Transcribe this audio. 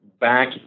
back